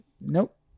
Nope